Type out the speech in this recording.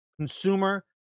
consumer